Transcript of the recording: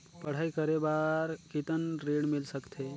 पढ़ाई करे बार कितन ऋण मिल सकथे?